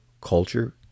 culture